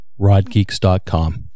Rodgeeks.com